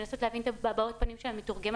לנסות להבין את הבעות הפנים של המתורגמן,